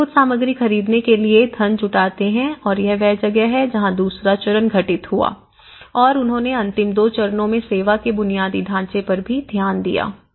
वे कुछ सामग्री खरीदने के लिए धन जुटाते हैं यह वह जगह है जहाँ दूसरा चरण घटित हुआ और उन्होंने अंतिम दो चरणों में सेवा के बुनियादी ढांचे पर भी ध्यान दिया गया है